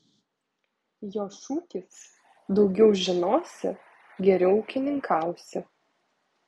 jos šūkis daugiau žinosi geriau ūkininkausi